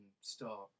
start